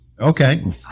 Okay